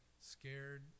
scared